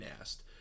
asked